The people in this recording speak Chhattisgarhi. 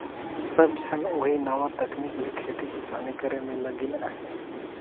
सब झन ओही नावा तकनीक ले खेती किसानी करे में लगिन अहें